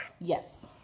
Yes